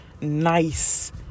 nice